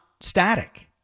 static